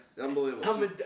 Unbelievable